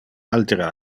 altere